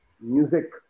music